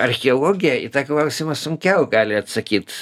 archeologija į tą klausimą sunkiau gali atsakyt